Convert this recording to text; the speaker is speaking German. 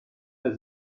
der